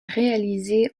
réalisé